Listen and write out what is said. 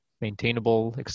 maintainable